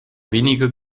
wenige